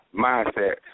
mindset